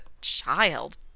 child